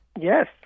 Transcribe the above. Yes